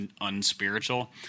unspiritual